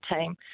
team